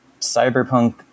cyberpunk